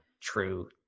true